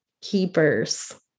keepers